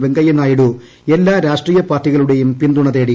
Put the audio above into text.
വെങ്കയ്യ നായിഡു എല്ലാ രാഷ്ട്രീയ പാർട്ടികളുടേയും പിന്തുണ തേടി